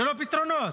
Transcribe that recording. ללא פתרונות.